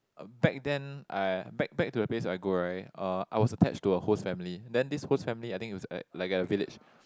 back then I back back to the place where I go right uh I was attached to a host family then this host family I think it was like like a village